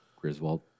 griswold